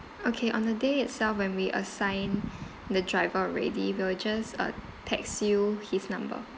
okay on the day itself when we assign the driver already we'll just uh text you his number